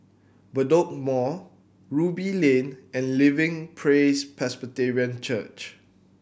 Bedok Mall Ruby Lane and Living Praise Presbyterian Church